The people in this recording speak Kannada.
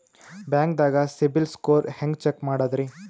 ಬ್ಯಾಂಕ್ದಾಗ ಸಿಬಿಲ್ ಸ್ಕೋರ್ ಹೆಂಗ್ ಚೆಕ್ ಮಾಡದ್ರಿ?